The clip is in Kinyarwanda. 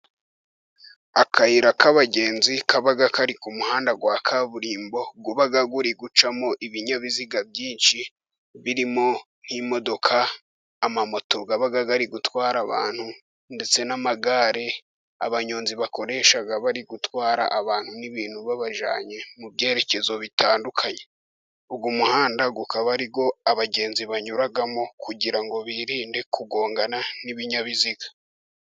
Akayira k'abagenzi kaba kari ku muhanda wa kaburimbo, uba uri gucamo ibinyabiziga byinshi, birimo nk'imodoka, amamoto aba ari gutwara abantu, ndetse n'amagare abanyonzi bakoresha bari gutwara abantu n'ibintu babajyanye mu byerekezo bitandukanye. Uyu muhanda ukaba ari wo abagenzi banyuramo kugira ngo birinde kugongana n'ibinyabiziga.